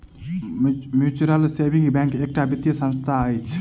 mutual saving bank एकटा वित्तीय संस्था अछि